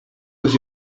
was